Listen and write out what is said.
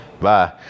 bye